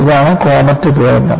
ഇതാണ് കോമറ്റ് ദുരന്തം